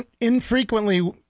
infrequently